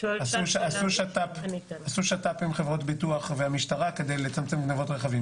עשו שת"פ עם חברות ביטוח והמשטרה כדי לצמצם גניבות רכבים,